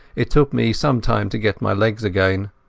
it took me some time to get my legs again.